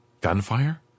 Gunfire